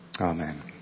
Amen